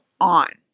on